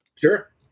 Sure